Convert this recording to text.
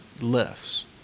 lifts